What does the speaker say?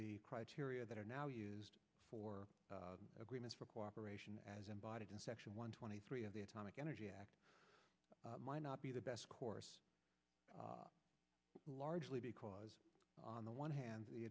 the criteria that are now used for agreements for cooperation as embodied in section one twenty three of the atomic energy act might not be the best course largely because on the one hand the